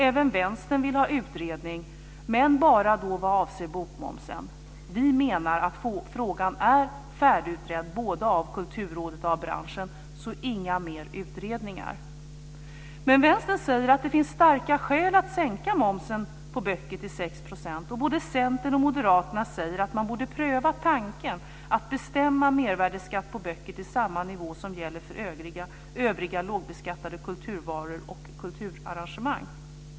Även Vänstern vill ha en utredning, men bara vad avser bokmomsen. Vi menar att frågan är färdigutredd, både av kulturrådet och av branschen. Inga mer utredningar! Men Vänstern säger att det finns starka skäl att sänka momsen på böcker till 6 %. Både Centern och Moderaterna säger att man borde pröva tanken att bestämma mervärdesskatt på böcker till samma nivå som gäller för övriga lågbeskattade kulturvaror och kulturarrangemang.